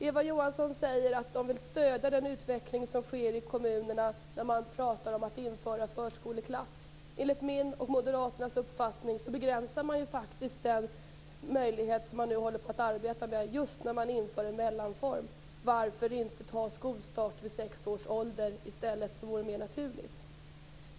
Eva Johansson säger att socialdemokraterna vill stödja utvecklingen i kommunerna när man talar om att införa förskoleklass. Enligt min och moderaternas uppfattning begränsar man faktiskt den möjligheten just när man inför en mellanform. Varför inte införa skolstart vid sex års ålder i stället, som vore mer naturligt?